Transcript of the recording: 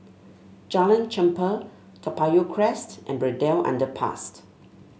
Jalan Chempah Toa Payoh Crest and Braddell Underpass